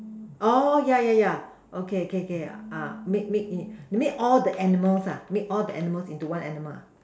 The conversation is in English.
orh yeah yeah yeah okay okay okay ah make make all the animals ah make all the animals into one animal